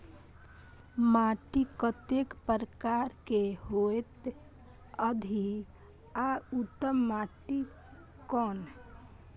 माटी कतेक प्रकार के होयत अछि आ उत्तम माटी कोन?